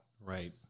Right